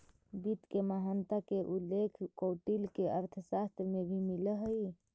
वित्त के महत्ता के उल्लेख कौटिल्य के अर्थशास्त्र में भी मिलऽ हइ